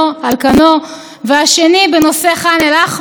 אני מודה, ניסיון קשה וכלל לא פשוט בשבילכם.